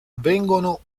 vengono